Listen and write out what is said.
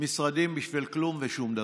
משרדים בשביל כלום ושום דבר.